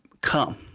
come